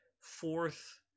fourth